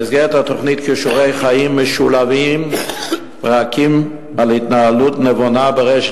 במסגרת התוכנית "כישורי חיים" משולבים פרקים על התנהלות נבונה ברשת